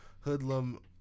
hoodlum